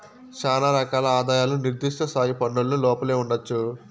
శానా రకాల ఆదాయాలు నిర్దిష్ట స్థాయి పన్నులకు లోపలే ఉండొచ్చు